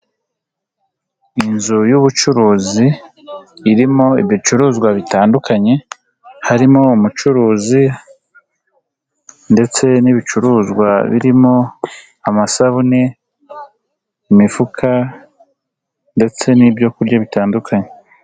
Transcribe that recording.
Inzu y'ubucuruzi, irimo ibicuruzwa bitandukanye, harimo umucuruzi ndetse n'ibicuruzwa birimo amasabune, imifuka ndetse n'ibyo kurya bitandukanye.